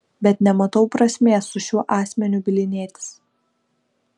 bet nematau prasmės su šiuo asmeniu bylinėtis